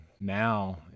now